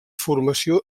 formació